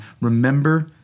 remember